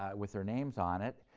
ah with their names on it.